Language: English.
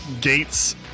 gates